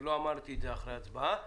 לא אמרתי את זה אחרי הצבעה.